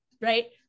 right